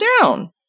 down